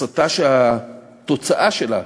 הסתה שהתוצאה שלה,